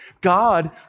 God